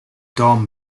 tom